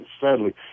sadly